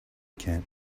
camp